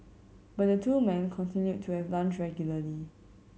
but the two men continued to have lunch regularly